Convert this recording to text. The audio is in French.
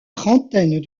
trentaine